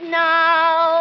now